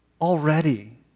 already